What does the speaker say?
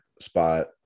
spot